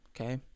okay